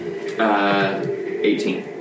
18